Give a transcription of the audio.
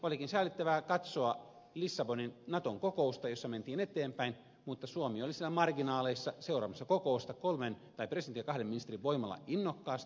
olikin säälittävää katsoa lissabonin naton kokousta jossa mentiin eteenpäin mutta suomi oli siellä marginaaleissa seuraamassa kokousta presidentin ja kahden ministerin voimalla innokkaasti